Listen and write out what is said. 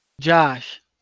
Josh